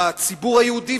בציבור היהודי,